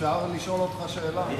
אפשר לשאול אותך שאלה?